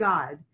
God